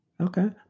Okay